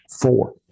Four